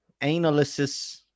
analysis